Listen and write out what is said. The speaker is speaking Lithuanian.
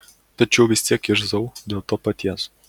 tačiau vis tiek irzau dėl to paties